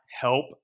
help